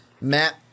Matt